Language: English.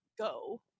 go